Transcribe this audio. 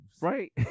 right